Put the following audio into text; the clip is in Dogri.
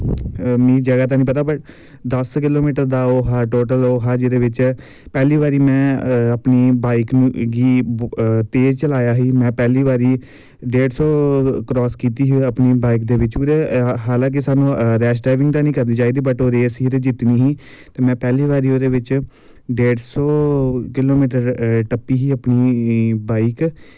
मिगी जादा नी पता ब दस किलो मीटर दा ओह् हा टोटल ओह् हा जेह्दे बिच्च पैह्ली बारी में अपनी बॉईक गी तेज़ चलाया ही में पैह्ली बारी डेड़ सौ क्रास कीती ही अपनी बॉईक दे बिच्चूं ते हलांकि साह्नू रैस डराईविंग ता नी करनी चाही दी बट ओह् रेस ही ते जित्तनी ही ते में पैह्ली बारी ओह्दे बिच्च डेड़ सौ किलो मीटर टप्पी ही अपनी बॉईक